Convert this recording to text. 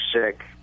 sick